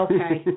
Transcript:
Okay